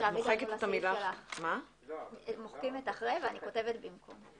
אמור להגיע לפתחם של המפקחים על רישום מקרקעין.